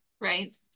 right